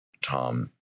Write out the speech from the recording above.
Tom